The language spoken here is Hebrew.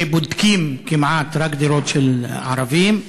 שבודקים כמעט רק דירות של ערבים.